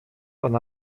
ona